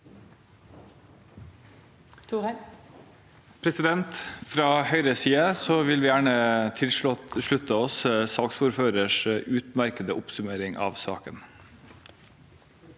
Fra Høyres side vil vi gjerne slutte oss til saksordførerens utmerkede oppsummering av saken.